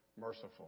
merciful